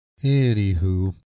Anywho